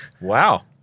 Wow